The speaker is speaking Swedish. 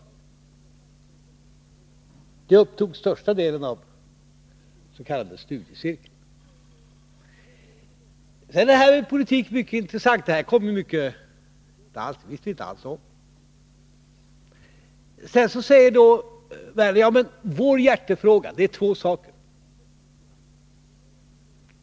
Den frågan upptog den största delen av den s.k. studiecirkeln. Politik är mycket intressant. Det här utspelet kom mycket plötsligt. Vi visste inte alls om det. Vidare säger Lars Werner: Våra hjärtefrågor rör två saker.